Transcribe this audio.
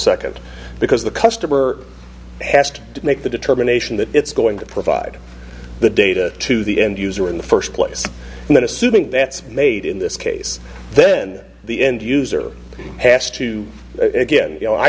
second because the customer asked to make the determination that it's going to provide the data to the end user in the first place and then assuming that's made in this case then the end user has to again you know i